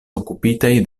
okupitaj